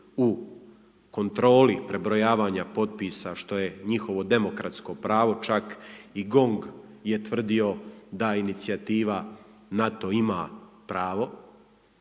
u kontroli prebrojavanja potpisa što je njihovo demokratsko pravo, čak i GONG je tvrdio da Inicijativa na to ima pravo